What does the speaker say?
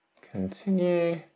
Continue